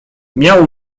miał